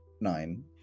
nine